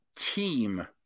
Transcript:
Team